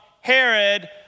Herod